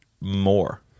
more